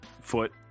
foot